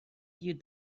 you